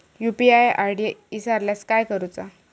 UPI ID इसरल्यास काय करुचा?